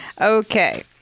Okay